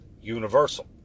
Universal